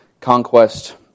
conquest